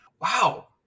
wow